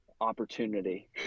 opportunity